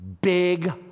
big